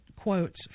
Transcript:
quotes